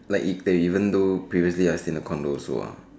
like if they even though previously I stay in the condo also ah